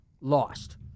lost